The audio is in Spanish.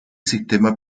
sistema